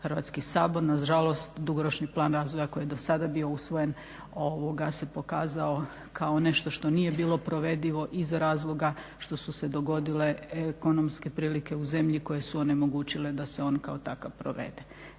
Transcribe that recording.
Hrvatski sabor. Nažalost, dugoročni plan razvoja koji je do sada bio usvojen se pokazao kao nešto što nije bilo provedivo iz razloga što su se dogodile ekonomske prilike u zemlji koje su onemogućile da se on kao takav provede.